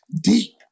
deep